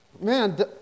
Man